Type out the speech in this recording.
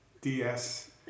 DS